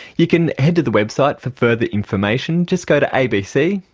you can head to the website for further information, just go to abc.